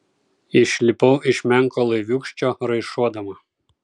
išlipau iš menko laiviūkščio raišuodama